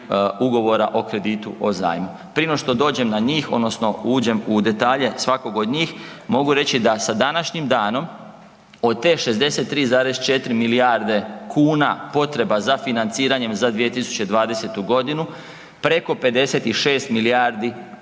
ugovora o kreditu, o zajmu. Prije nego što dođem na njih odnosno uđem u detalje svakog od njih mogu reći da sa današnjim danom od te 63,4 milijarde kuna potreba za financiranjem za 2020. godinu preko 56 milijardi